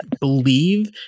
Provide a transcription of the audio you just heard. believe